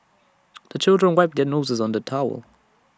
the children wipe their noses on the towel